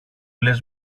λες